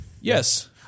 Yes